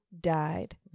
died